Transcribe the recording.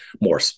more